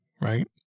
right